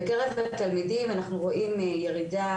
בקרב התלמידים אנחנו רואים ירידה,